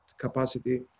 capacity